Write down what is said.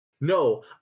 No